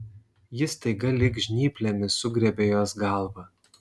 jis staiga lyg žnyplėmis sugriebė jos galvą